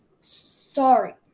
sorry